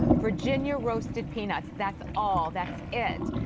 virginia roasted peanuts. that's all. that's it.